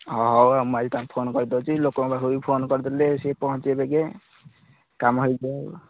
ହଁ ହଉ ଆଉ ମୁଁ ଆଜି ତାଙ୍କୁ ଫୋନ୍ କରିଦେଉଛି ଲୋକଙ୍କ ପାଖକୁ ବି ଫୋନ୍ କରିଦେଲେ ସେ ପହଞ୍ଚାଇଦେବେ କାମ ହୋଇଯିବ